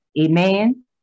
amen